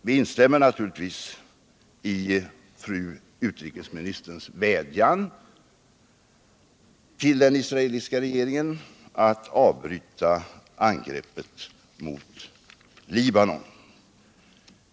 Vi instämmer naturligtvis också i fru utrikesministerns vädjan till den israeliska regeringen att avbryta angreppet mot Libanon.